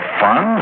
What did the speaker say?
fun